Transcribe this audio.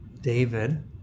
David